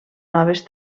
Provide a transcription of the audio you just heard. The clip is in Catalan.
noves